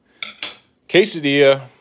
Quesadilla